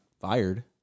fired